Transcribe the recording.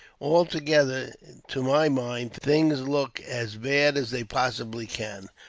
altogether, to my mind, things look as bad as they possibly can.